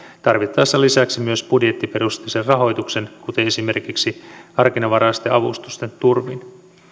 tarvittaessa lisäksi myös budjettiperusteisen rahoituksen kuten esimerkiksi harkinnanvaraisten avustusten turvin